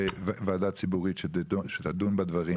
שצריך ועדה ציבורית שתדון בדברים, שתבדוק.